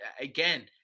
again